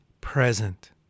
present